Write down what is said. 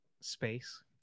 space